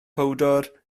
powdwr